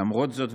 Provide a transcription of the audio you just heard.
למרות זאת,